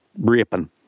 ripping